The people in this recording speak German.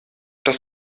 das